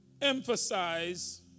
emphasize